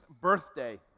birthday